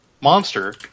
Monster